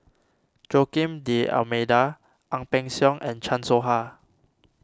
Joaquim D'Almeida Ang Peng Siong and Chan Soh Ha